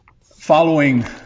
Following